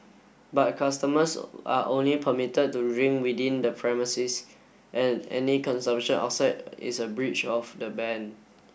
but customers are only permitted to drink within the premises and any consumption outside is a breach of the ban